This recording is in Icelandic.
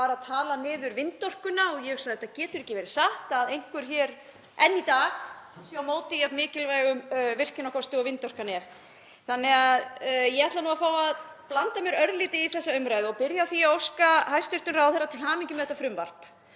var að tala niður vindorkuna og ég hugsaði: Þetta getur ekki verið satt, að einhver sé hér enn í dag á móti jafn mikilvægum virkjunarkosti og vindorkan er. Ég ætla að fá að blanda mér örlítið í þessa umræðu og byrja á því að óska hæstv. ráðherra til hamingju með þetta frumvarp,